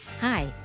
Hi